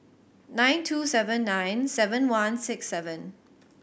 nine two seven nine seven one six seven